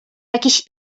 jakiś